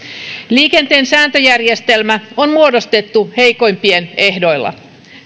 liikenteen sääntöjärjestelmä on muodostettu heikoimpien ehdoilla